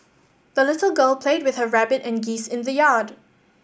the little girl played with her rabbit and geese in the yard